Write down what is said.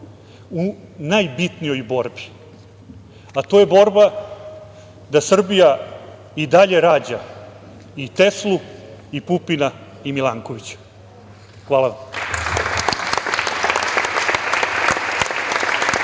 u najbitnijoj borbi, a to je borba da Srbija i dalje rađa i Teslu i Pupina i Milankovića. Hvala vam.